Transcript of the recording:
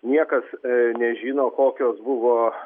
niekas nežino kokios buvo